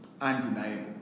Undeniable